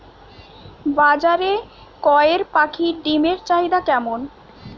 বাজারে কয়ের পাখীর ডিমের চাহিদা কেমন?